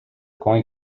going